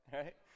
right